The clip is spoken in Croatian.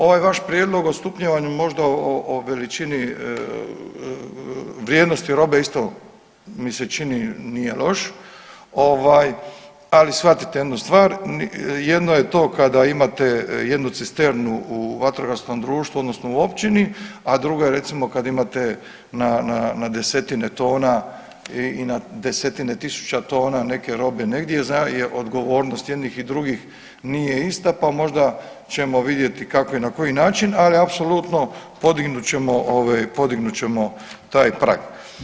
Ovaj vaš prijedlog o stupnjevanju možda o veličini vrijednosti robe isto mi se čini nije loš ovaj ali shvatite jednu stvar jedno je to kada imate jednu cisternu u vatrogasnom društvu odnosno u općini, a drugo je recimo kad imate na desetine tona i na desetine tisuća tona neke robe negdje za je odgovornost i jednih i drugih nije ista pa možda ćemo vidjeti kako i na koji način ali apsolutno podignut ćemo ove, podignut ćemo taj prag.